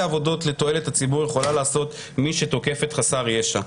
עבודות לתועלת הציבור יכולה לעשות מי שתוקפת חסר ישע?